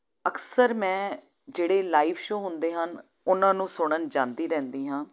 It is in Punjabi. ਅਕਸਰ ਮੈਂ ਜਿਹੜੇ ਲਾਈਵ ਸ਼ੋ ਹੁੰਦੇ ਹਨ ਉਹਨਾਂ ਨੂੰ ਸੁਣਨ ਜਾਂਦੀ ਰਹਿੰਦੀ ਹਾਂ